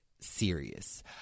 serious